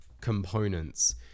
components